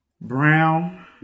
Brown